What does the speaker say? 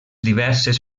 diverses